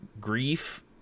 grief